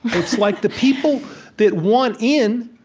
it's like the people that want in,